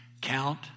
count